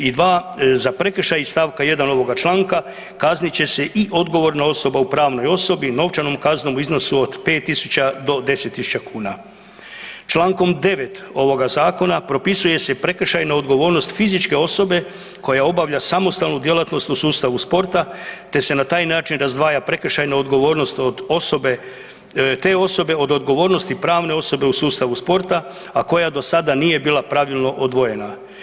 I 2. Za prekršaj iz stavka 1. ovoga članka kaznit će se i odgovorna osoba u pravnoj osobi novčanom kaznom u iznosu od 5 tisuća do 10 tisuća kuna.“ Člankom 9. ovoga Zakona propisuje se i prekršajna odgovornost fizičke osobe koja obavlja samostalnu djelatnost u sustavu sporta te se na taj način razdvaja prekršajna odgovornost od osobe, te osobe od odgovornosti pravne osobe u sustavu sporta a koja do sada nije bila pravilno odvojena.